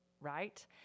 right